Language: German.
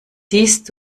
siehst